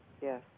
Yes